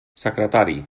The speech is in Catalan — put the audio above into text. secretari